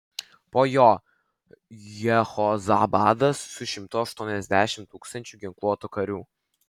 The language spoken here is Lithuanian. po jo jehozabadas su šimtu aštuoniasdešimt tūkstančių ginkluotų karių